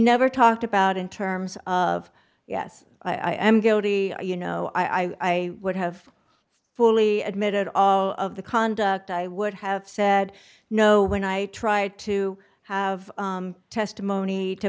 never talked about in terms of yes i am guilty you know i would have fully admitted all of the conduct i would have said no when i tried to have testimony to